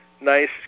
nice